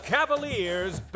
Cavaliers